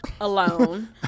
alone